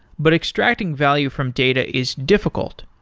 but extracting value from data is difficult,